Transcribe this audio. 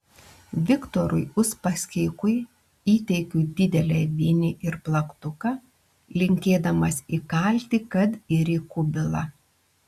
viktorui uspaskichui įteikiu didelę vinį ir plaktuką linkėdamas įkalti kad ir į kubilą